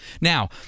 Now